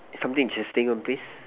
something interesting please